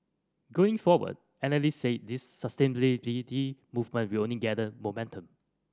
going forward analyst said this movement will only gather momentum